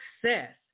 success